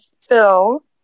Phil